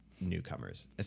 newcomers